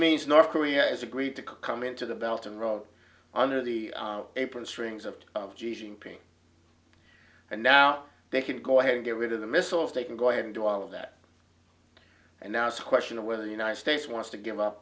means north korea is agreed to come into the belt and rolled under the apron strings of of g d p and now they can go ahead and get rid of the missile if they can go ahead and do all of that and now it's a question of whether the united states wants to give up